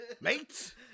mate